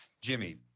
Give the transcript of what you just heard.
Jimmy